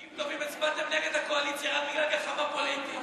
בחוקים טובים אתם הצבעתם נגד הקואליציה רק בגלל גחמה פוליטית.